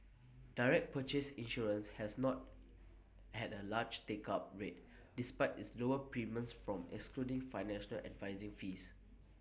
direct purchase insurance has not had A large take up rate despite its lower premiums from excluding financial advising fees